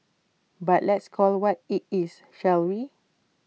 but let's call IT what IT is shall we